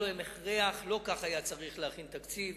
לא כך היה צריך להכין תקציב.